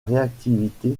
réactivité